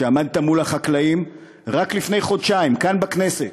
שעמדת מול החקלאים רק לפני חודשיים כאן בכנסת